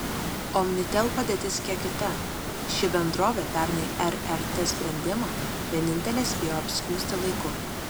omnitel padėtis kiek kita ši bendrovė pernai rrt sprendimą vienintelė spėjo apskųsti laiku